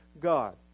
God